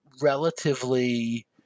relatively